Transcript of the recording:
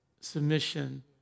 submission